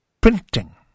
printing